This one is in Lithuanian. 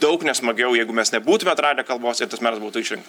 daug nesmagiau jeigu mes nebūtume atradę kalbos ir tas meras būtų išrinktas